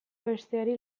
besteari